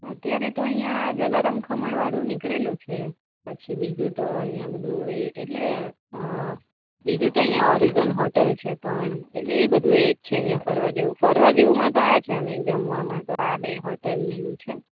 અત્યારે તો અહીંયા આ જલારામ ખમણવાળું નીકળેલું છે પછી બીજુ તો અહીંયા બધું એ એટલે બીજુ તો અહીંયા ઓરિઝોન હોટલ છે પણ એટલે એ બધું એ જ છે અહીંયા ફરવાં જેવું ફરવાં જેવુમાં તો આ છે ને જમવામાં તો આ બે હોટલ ને એવું છે